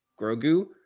Grogu